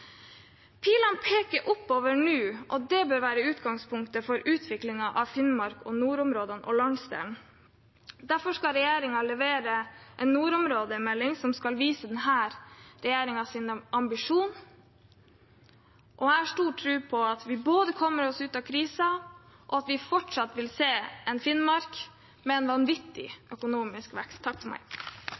Pilene peker oppover nå, og det bør være utgangspunktet for utviklingen av Finnmark og nordområdene og landsdelen. Derfor skal regjeringen levere en nordområdemelding som skal vise denne regjeringens ambisjon. Jeg har stor tro på at vi både kommer oss ut av krisen, og at vi fortsatt vil se et Finnmark med en vanvittig økonomisk vekst. I Norge har vi et stort behov for